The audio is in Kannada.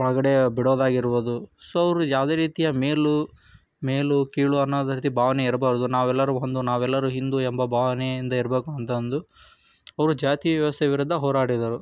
ಒಳಗಡೆ ಬಿಡೋದಾಗಿರ್ಬೋದು ಸೊ ಅವರು ಯಾವುದೇ ರೀತಿಯ ಮೇಲು ಮೇಲು ಕೀಳು ಅನ್ನೋದು ರೀತಿ ಭಾವನೆ ಇರಬಾರ್ದು ನಾವೆಲ್ಲರೂ ಒಂದು ನಾವೆಲ್ಲರೂ ಹಿಂದೂ ಎಂಬ ಭಾವನೆಯಿಂದ ಇರಬೇಕು ಅಂತ ಅಂದು ಅವರು ಜಾತಿ ವ್ಯವಸ್ಥೆಯ ವಿರುದ್ಧ ಹೋರಾಡಿದರು